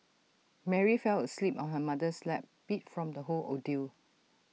Mary fell asleep on her mother's lap beat from the whole ordeal